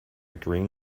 green